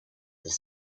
pour